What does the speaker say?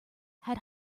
had